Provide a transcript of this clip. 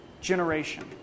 generation